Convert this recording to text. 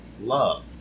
love